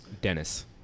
Dennis